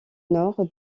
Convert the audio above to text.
nord